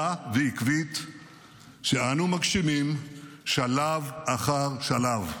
ועקבית שאנו מגשימים שלב אחר שלב.